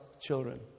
children